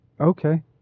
Okay